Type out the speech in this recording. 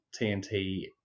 tnt